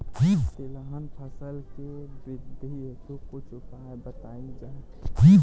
तिलहन फसल के वृद्धी हेतु कुछ उपाय बताई जाई?